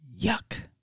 yuck